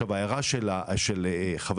הערת חבר